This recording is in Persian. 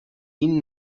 این